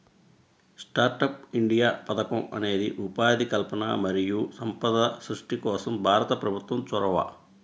startup India పథకం అనేది ఉపాధి కల్పన మరియు సంపద సృష్టి కోసం భారత ప్రభుత్వం చొరవ